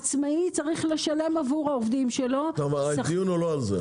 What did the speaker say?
עצמאי צריך לשלם- -- הדיון הוא לא על זה.